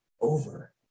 over